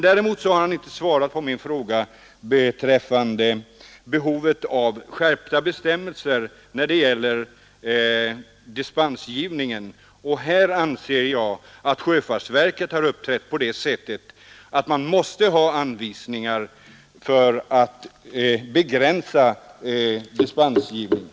Däremot har han inte svarat på min fråga beträffande behovet av skärpta bestämmelser för dispensgivningen. Jag anser att sjöfartsverket har uppträtt på ett sådant sätt att man måste ha anvisningar om att begränsa dispensgivningen.